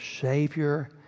Savior